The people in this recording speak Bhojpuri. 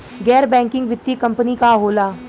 गैर बैकिंग वित्तीय कंपनी का होला?